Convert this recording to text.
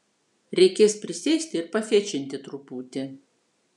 reikės prisėsti ir pafečinti truputį